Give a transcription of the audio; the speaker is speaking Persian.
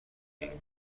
این